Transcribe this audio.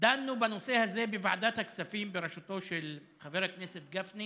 דנו בנושא הזה בוועדת הכספים בראשותו של חבר הכנסת גפני